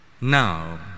Now